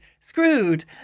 screwed